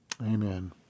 Amen